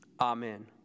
Amen